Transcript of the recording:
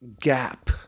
gap